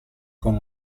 con